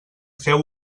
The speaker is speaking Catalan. feu